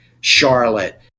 Charlotte